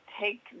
take